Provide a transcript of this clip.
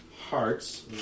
Hearts